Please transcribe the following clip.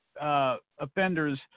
offenders